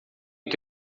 que